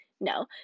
No